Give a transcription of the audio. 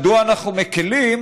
מדוע אנחנו מקילים,